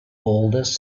oldest